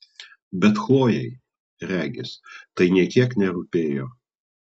bet chlojei regis tai nė kiek nerūpėjo